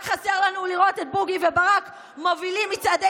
רק חסר לנו לראות את בוגי וברק מובילים מצעדי